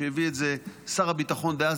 כשהביא את זה שר הביטחון דאז,